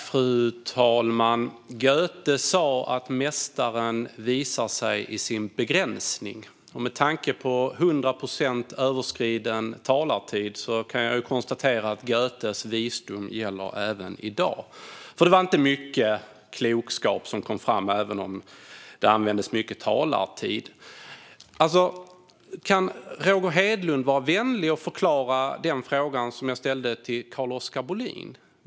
Fru talman! Goethe sa att först i begränsningen visar sig mästaren. Med tanke på dessa 100 procent i överskriden talartid kan jag konstatera att Goethes visdom gäller även i dag. Det var inte mycket klokskap som kom fram, även om det användes mycket talartid. Kan Roger Hedlund vara vänlig och förklara den fråga som jag ställde till Carl-Oskar Bohlin?